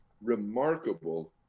remarkable